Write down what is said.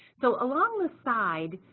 so along the side,